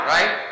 Right